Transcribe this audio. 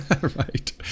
right